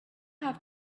have